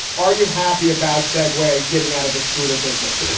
are you happy about segway getting out of the scooter business?